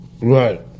Right